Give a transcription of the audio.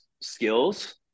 skills